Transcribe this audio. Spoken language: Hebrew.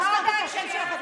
לא הזכרתי את השם שלך,